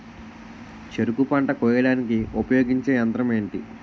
చెరుకు పంట కోయడానికి ఉపయోగించే యంత్రం ఎంటి?